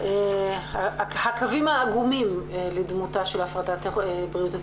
הקווים העגומים לדמותה של הפרטת בריאות הציבור.